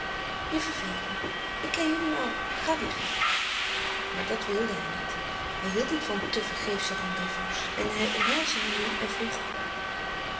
je verveelt me ik ken je nu al ga weg maar dat wilde hij niet hij hield niet van te vergeefsche rendez-vous en hij omhelsde haar nu en vroeg